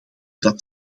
dat